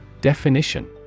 Definition